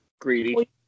Greedy